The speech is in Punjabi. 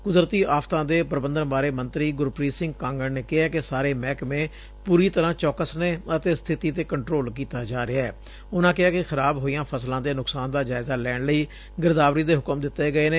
ਕੁਦਰਤੀ ਆਫਤਾਂ ਦੇ ਪ੍ਰਬੰਧਨ ਬਾਰੇ ਮੰਤਰੀ ਗੁਰਪ੍ਰੀਤ ਸਿੰਘ ਕਾਂਗੜ ਨੇ ਕਿਹੈ ਕਿ ਸਾਰੇ ਮਹਿਕਮੇ ਪੂਰੀ ਤਰ੍ਧਾ ਚੌਕਸ ਨੇ ਅਤੇ ਸਬਿਤੀ ਤੇ ਕੰਟਰੋਲ ਕੀਤਾ ਜਾ ਰਿਹੈ ਉਨਾਂ ਕਿਹੈ ਕਿ ਖਰਾਬ ਹੋਈਆਂ ਫਸਲਾਂ ਦੇ ਨੁਕਸਾਨ ਦਾ ਜਾਇਜਾ ਲੈਣ ਲਈ ਗਿਰਦਾਵਰੀ ਦੇ ਹੁਕਮ ਦਿੱਤੇ ਗਏਂ ਨੇ